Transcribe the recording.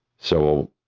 so,